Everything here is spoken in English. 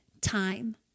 time